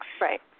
Right